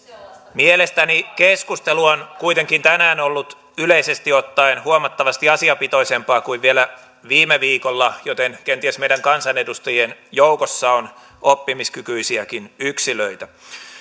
mielestäni keskustelu on kuitenkin tänään ollut yleisesti ottaen huomattavasti asiapitoisempaa kuin vielä viime viikolla joten kenties meidän kansanedustajien joukossa on oppimiskykyisiäkin yksilöitä